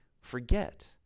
forget